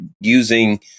using